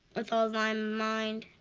with all thy mind,